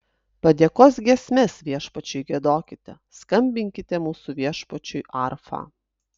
padėkos giesmes viešpačiui giedokite skambinkite mūsų viešpačiui arfa